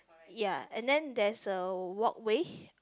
ya and then there is a walkway